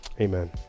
amen